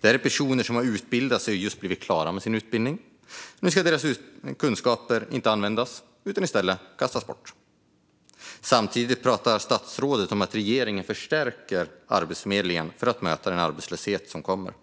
Det handlar om personer som har utbildat sig och just blivit klara med sin utbildning, men nu ska deras kunskaper inte användas utan kastas bort. Samtidigt pratar statsrådet om att regeringen förstärker Arbetsförmedlingen för att man ska kunna möta den arbetslöshet som kommer. Men